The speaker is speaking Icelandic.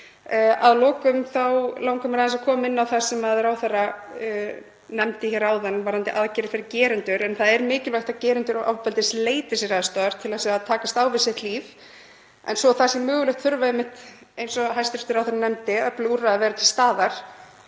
Að lokum langar mig aðeins að koma inn á það sem ráðherra nefndi hér áðan varðandi aðgerðir fyrir gerendur, en það er mikilvægt að gerendur ofbeldis leiti sér aðstoðar til að takast á við líf sitt. Svo það sé mögulegt þurfa einmitt, eins og hæstv. ráðherra nefndi, öflug úrræði að vera til staðar